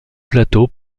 plateaux